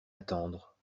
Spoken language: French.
attendre